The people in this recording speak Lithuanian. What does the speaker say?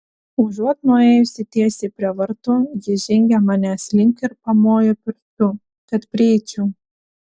užuot nuėjusi tiesiai prie vartų ji žengė manęs link ir pamojo pirštu kad prieičiau